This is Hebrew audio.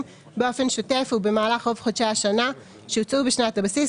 באופן שוטף ובמהלך רוב חודשי השנה שהוצאו בשנת הבסיס,